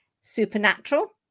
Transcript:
supernatural